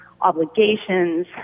obligations